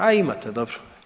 A imate, dobro.